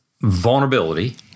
vulnerability